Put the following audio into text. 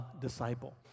disciple